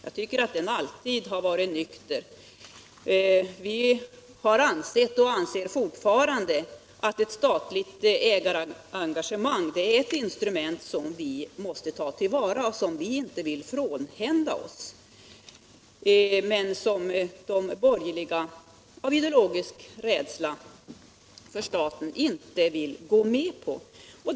Jag tycker att den alltid har varit nykter. Vi har ansett och anser fortfarande att ett statligt ägarengagemang är ett instrument som vi måste ta till vara och som vi inte vill frånhända oss, men som de borgerliga av ideologisk rädsla för staten inte vill gå med på att använda.